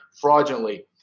fraudulently